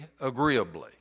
agreeably